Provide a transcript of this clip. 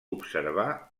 observar